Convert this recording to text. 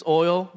oil